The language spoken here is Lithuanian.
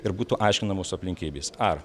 ir būtų aiškinamos aplinkybės ar